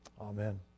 Amen